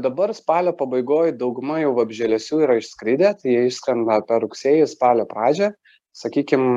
dabar spalio pabaigoj dauguma jau vabzdžialesių yra išskridę tai jie išskrenda per rugsėjį spalio pradžią sakykim